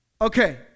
Okay